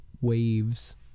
waves